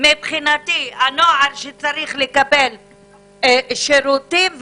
הנוער שצריך לקבל שירותים,